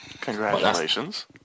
congratulations